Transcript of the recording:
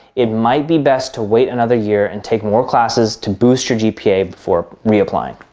it might be best to wait another year and take more classes to boost your gpa before reapplying.